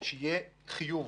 שיהיה חיוב